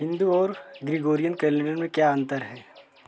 हिंदू और Gregorian calendar में क्या अंतर है